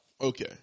Okay